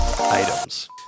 items